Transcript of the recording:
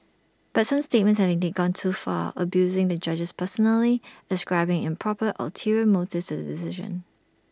but some statements have indeed gone too far abusing the judges personally ascribing improper ulterior motives to the decision